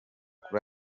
kuri